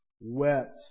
wept